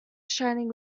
shining